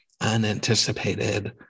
unanticipated